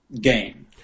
gain